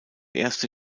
erste